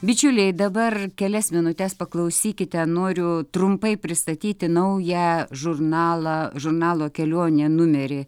bičiuliai dabar kelias minutes paklausykite noriu trumpai pristatyti naują žurnalą žurnalo kelionė numerį